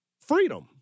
freedom